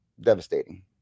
devastating